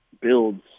builds